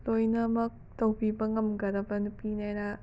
ꯂꯣꯏꯅꯃꯛ ꯇꯧꯕꯤꯕ ꯉꯝꯒꯗꯕ ꯅꯨꯄꯤꯅꯦꯅ